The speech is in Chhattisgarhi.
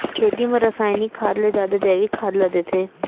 खेती म रसायनिक खाद ले जादा जैविक खाद ला देथे